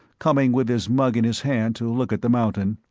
coming with his mug in his hand to look at the mountain.